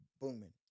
booming